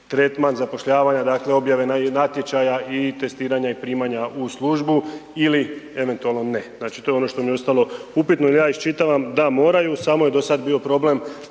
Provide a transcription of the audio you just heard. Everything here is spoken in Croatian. tretman zapošljavanja, dakle objave natječaja i testiranja i primanja u službu ili eventualno ne. Znači to je ono što mi je ostalo upitno jer ja iščitavam da moraju samo je do sada bio problem